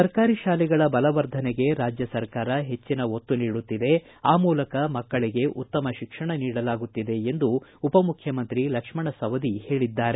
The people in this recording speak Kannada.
ಸರ್ಕಾರಿ ಶಾಲೆಗಳ ಬಲವರ್ಧನೆಗೆ ರಾಜ್ಯ ಸರ್ಕಾರ ಹೆಚ್ಚನ ಒತ್ತು ನೀಡುತ್ತಿದೆ ಆ ಮೂಲಕ ಮಕ್ಕಳಿಗೆ ಉತ್ತಮ ಶಿಕ್ಷಣ ನೀಡಲಾಗುತ್ತಿದೆ ಎಂದು ಉಪ ಮುಖ್ಯಮಂತ್ರಿ ಲಕ್ಷ್ಮಣ ಸವದಿ ಹೇಳಿದ್ದಾರೆ